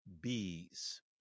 bees